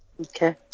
Okay